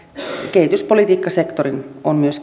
kehityspolitiikkasektorin on myös